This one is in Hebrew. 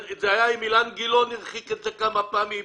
אילן גילאון הרחיק את זה כמה פעמים,